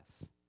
Yes